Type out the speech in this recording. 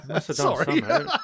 Sorry